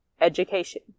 education